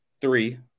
three